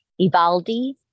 Ivaldi